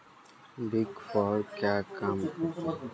Big four क्या काम करती है?